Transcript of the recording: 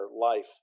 life